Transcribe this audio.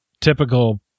typical